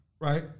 right